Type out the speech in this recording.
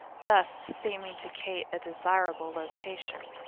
thus seeming to kate a desirable location,